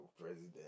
president